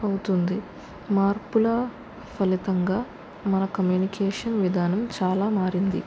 అవుతుంది మార్పుల ఫలితంగా మన కమ్యూనికేషన్ విధానం చాలా మారింది